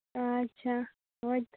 ᱟᱪᱪᱷᱟ ᱦᱳᱭ ᱛᱚ